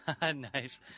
nice